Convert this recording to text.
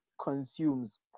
consumes